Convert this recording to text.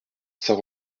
saint